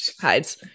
hides